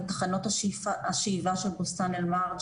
בתחנות השאיבה של בוסתן אל-מרג'.